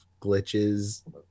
glitches